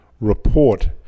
Report